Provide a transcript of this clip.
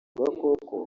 gakoko